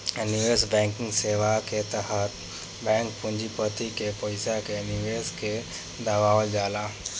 निवेश बैंकिंग सेवा के तहत बैंक पूँजीपति के पईसा के निवेश के बढ़ावल जाला